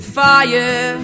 fire